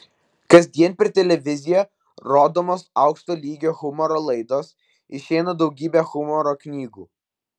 kasdien per televiziją rodomos aukšto lygio humoro laidos išeina daugybė humoro knygų